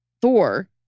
Thor